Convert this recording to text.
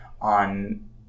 on